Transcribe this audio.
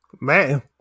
man